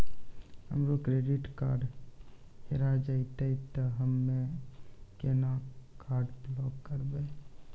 हमरो credit card हेरा जेतै ते हम्मय केना कार्ड ब्लॉक करबै?